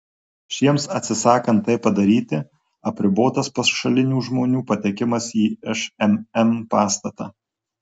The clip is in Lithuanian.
šiems atsisakant tai padaryti apribotas pašalinių žmonių patekimas į šmm pastatą